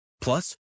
Plus